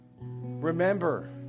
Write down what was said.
Remember